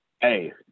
Hey